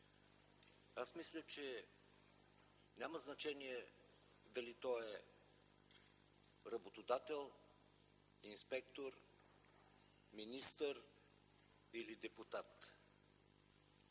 аз мисля, че няма значение дали той е работодател, инспектор, министър или депутат.